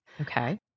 Okay